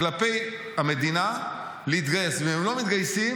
כלפי המדינה להתגייס,